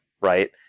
right